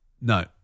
No